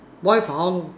boil for how long